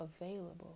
available